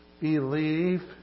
Believe